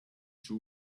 two